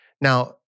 Now